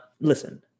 listen